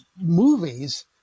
movies